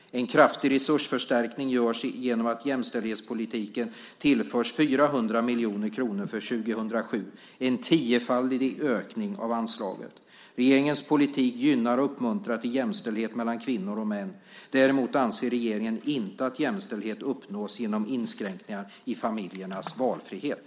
En kraftig resursförstärkning görs genom att jämställdhetspolitiken tillförs 400 miljoner kronor för 2007 - en tiofaldig ökning av anslaget. Regeringens politik gynnar och uppmuntrar till jämställdhet mellan kvinnor och män. Däremot anser regeringen inte att jämställdhet uppnås genom inskränkningar i familjernas valfrihet.